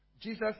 Jesus